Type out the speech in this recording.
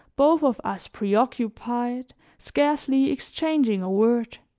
both of us preoccupied, scarcely exchanging a word.